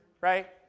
right